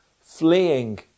fleeing